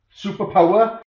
Superpower